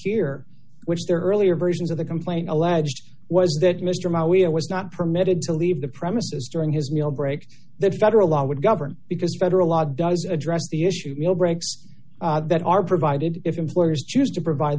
here which the earlier versions of the complaint alleged was that mr ma it was not permitted to leave the premises during his will break the federal law would govern because federal law does address the issue of meal breaks that are provided if employers choose to provide